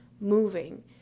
moving